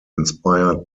inspired